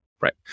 right